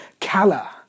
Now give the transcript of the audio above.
kala